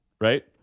Right